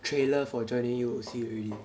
trailer for joining U_O_C already